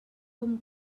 com